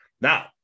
Now